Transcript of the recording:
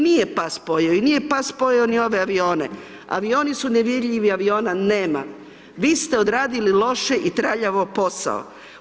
Nije pas pojeo i nije pas pojeo ni ove avione, avioni su nevidljivi, aviona nema, vi ste odradili loše i traljavo posao.